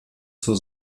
zur